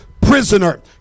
prisoner